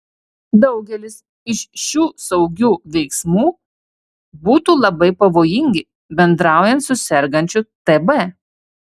daugelis iš šių saugių veiksmų būtų labai pavojingi bendraujant su sergančiu tb